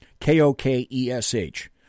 K-O-K-E-S-H